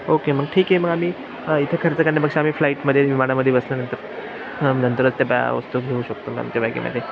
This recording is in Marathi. ओके मग ठीक आहे मग आम्ही इथं खर्च करण्यापेक्षा आम्ही फ्लाईटमध्ये विमानामध्ये बसल्यानंतर नंतरच त्या बॅ वस्तू घेऊ शकतो मॅम त्या बॅगेमध्ये